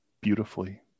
beautifully